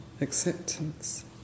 acceptance